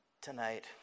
tonight